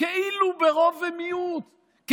כאילו ברוב ומיעוט,